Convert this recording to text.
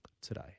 today